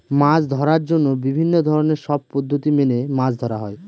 মাছ ধরার জন্য বিভিন্ন ধরনের সব পদ্ধতি মেনে মাছ ধরা হয়